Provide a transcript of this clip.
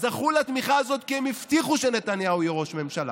זכו לתמיכה הזאת כי הם הבטיחו שנתניהו יהיה ראש ממשלה.